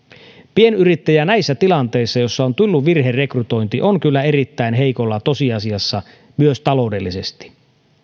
pienyrittäjä näissä tilanteissa joissa on tullut virherekrytointi on kyllä erittäin heikolla tosiasiassa myös taloudellisesti